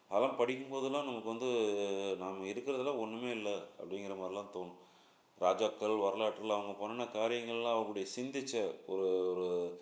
அதெல்லாம் படிக்கும்போதெல்லாம் நமக்கு வந்து நாம் இருக்குறதெல்லாம் ஒன்றுமே இல்லை அப்படிங்கற மாதிரிலாம் தோணும் ராஜாக்கள் வரலாற்றில் அவங்க பண்ணுன காரியங்கள்லாம் அவங்களுடைய சிந்திச்ச ஒரு ஒரு